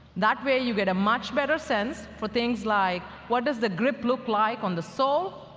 that way, you get a much better sense for things like, what does the grip look like on the sole,